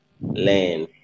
learn